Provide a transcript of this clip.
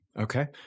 Okay